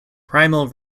primal